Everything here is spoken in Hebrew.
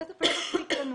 הכסף לא מספיק לנו.